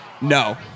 No